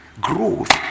Growth